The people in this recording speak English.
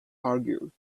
argued